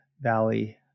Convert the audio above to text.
Valley